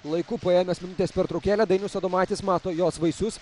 laiku paėmęs minutės pertraukėlę dainius adomaitis mato jos vaisius